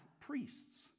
priests